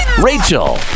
rachel